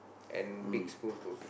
and big spoon for soup